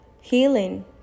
Healing